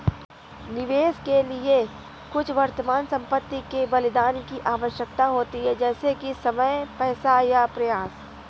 निवेश के लिए कुछ वर्तमान संपत्ति के बलिदान की आवश्यकता होती है जैसे कि समय पैसा या प्रयास